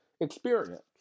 experience